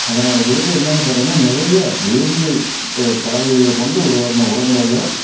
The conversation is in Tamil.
அதனோட விளைவு என்னென்னு பார்த்தீங்கனா நிறைய வேதியியல் கலவைகளை கொண்டு உருவாக்கின உரங்களையும்